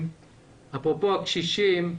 אפרופו הקשישים.